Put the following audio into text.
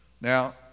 Now